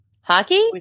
Hockey